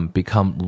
become